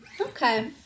Okay